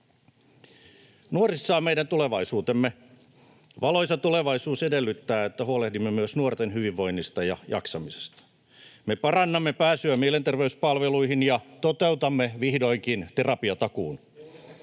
Nuorissa on meidän tulevaisuutemme. Valoisa tulevaisuus edellyttää, että huolehdimme myös nuorten hyvinvoinnista ja jaksamisesta. Me parannamme pääsyä mielenterveyspalveluihin ja toteutamme vihdoinkin terapiatakuun.